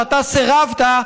שאתה סירבת,